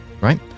right